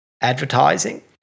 advertising